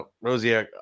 Rosie